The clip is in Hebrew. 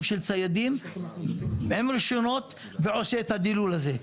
של ציידים עם רישיונות ועושה את הדילול הזה.